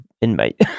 inmate